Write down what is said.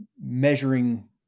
measuring